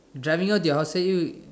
driving her to the hotel